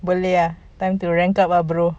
boleh lah time to rank up lah bro